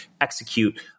execute